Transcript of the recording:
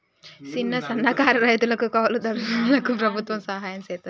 సిన్న, సన్నకారు రైతులకు, కౌలు దారులకు ప్రభుత్వం సహాయం సెత్తాదంట